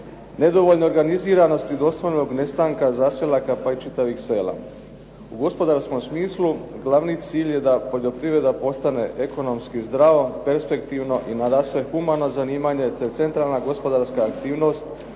nedovoljne organiziranosti doslovnog nestanaka zaselaka pa i čitavih sela. U gospodarskom smislu glavni cilj je da poljoprivreda postane ekonomski zdrava, perspektivna i nadasve humano zanimanje, te centralna gospodarska aktivnost